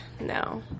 no